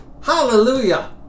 Hallelujah